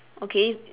okay